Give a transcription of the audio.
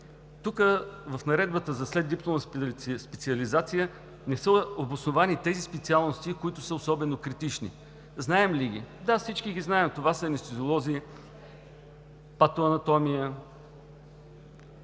Тук в Наредбата за следдипломна специализация не са обосновани тези специалности, които са особено критични. Знаем ли ги? Да, всички ги знаем. Това са анестезиолози, патоанатоми,